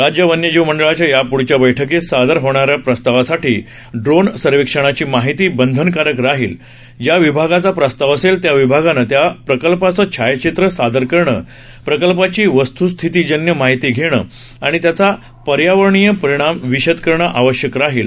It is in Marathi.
राज्य वन्यजीव मंडळाच्या यापूढच्या बैठकीत सादर होणाऱ्या प्रस्तावासाठी ड्रोन सर्वेक्षणाची माहिती बंधनकारक राहील ज्या विभागाचा प्रस्ताव असेल त्या विभागानं त्या प्रकल्पाचं छायाचित्र सादर करणं प्रकल्पाची वस्तुस्थितीजन्य माहिती देणं आणि त्याचा पर्यावरणीय परिणाम विषद करणं आवश्यक राहील